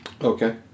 Okay